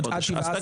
אתה